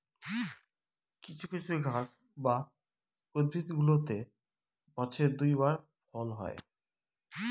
কিছু কিছু গাছ বা উদ্ভিদগুলোতে বছরে দুই বার ফল হয়